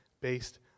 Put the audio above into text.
based